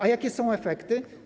A jakie są efekty?